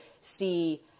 see